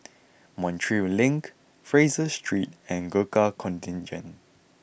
Montreal Link Fraser Street and Gurkha Contingent